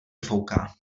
fouká